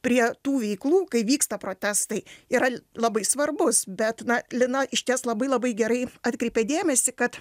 prie tų veiklų kai vyksta protestai yra labai svarbus bet na lina išties labai labai gerai atkreipė dėmesį kad